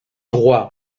roy